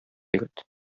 егет